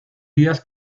días